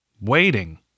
Waiting